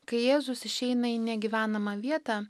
kai jėzus išeina į negyvenamą vietą